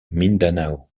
mindanao